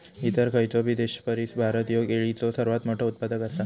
इतर खयचोबी देशापरिस भारत ह्यो केळीचो सर्वात मोठा उत्पादक आसा